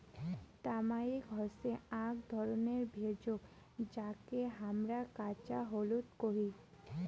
তামারিক হসে আক ধরণের ভেষজ যাকে হামরা কাঁচা হলুদ কোহি